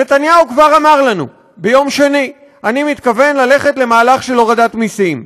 נתניהו כבר אמר לנו ביום שני: אני מתכוון ללכת למהלך של הורדת מיסים.